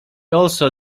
also